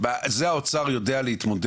מה האירוע ששינה את אותה התחשבנות?